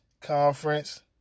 Conference